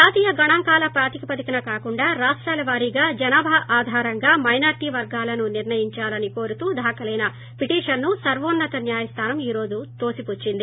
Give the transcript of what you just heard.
జాతీయ గణాంకాల ప్రాతిపదికన కాకుండా రాష్షాల వారీగా జనాభా ఆధారంగా మైనారిటీ వర్గాలను నిర్ణయించాలని కోరుతూ దాఖలైన పిటిషన్ను సర్వోస్పత న్యాయస్గానం ఈ రోజు తోసిపుచ్చింది